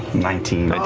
nineteen.